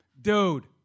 Dude